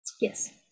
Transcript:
yes